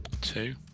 two